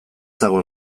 dago